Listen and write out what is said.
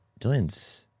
Jillian's